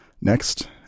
Next